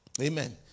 Amen